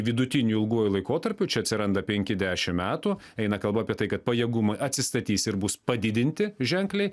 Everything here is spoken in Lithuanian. vidutiniu ilguoju laikotarpiu čia atsiranda penki dešim metų eina kalba apie tai kad pajėgumai atsistatys ir bus padidinti ženkliai